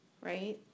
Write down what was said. right